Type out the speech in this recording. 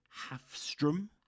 Hafström